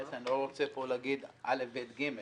אני לא רוצה פה להגיד א', ב', ג',